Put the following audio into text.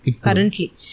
currently